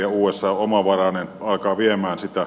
usa on omavarainen alkaa viemään sitä